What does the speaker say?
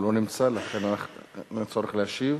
הוא לא נמצא ולכן אין צורך להשיב.